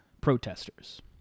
protesters